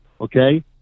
okay